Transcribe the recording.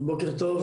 בוקר טוב,